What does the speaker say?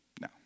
No